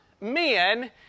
men